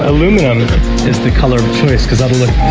aluminum is the color choice because that'll look